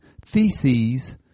theses